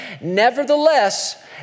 Nevertheless